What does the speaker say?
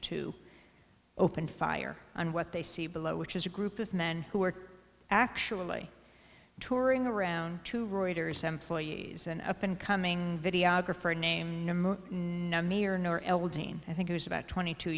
to open fire on what they see below which is a group of men who were actually touring around two reuters employees an up and coming videographer named i think it was about twenty two